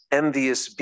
envious